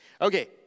okay